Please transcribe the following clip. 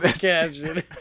caption